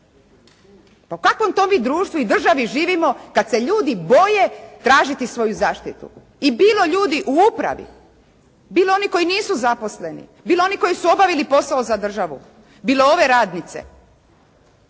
Pa u kakvom to mi društvu i državi živimo kad se ljudi boje tražiti svoju zaštitu i bilo ljudi u upravi, bilo oni koji nisu zaposleni, bilo oni koji su obavili posao za državu, bilo ove radnice,